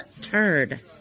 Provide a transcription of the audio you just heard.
turd